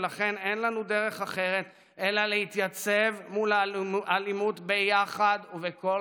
ולכן אין לנו דרך אחרת אלא להתייצב מול האלימות ביחד ובקול